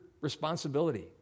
responsibility